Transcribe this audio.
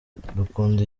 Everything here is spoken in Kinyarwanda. dukunda